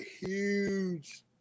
huge